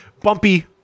Bumpy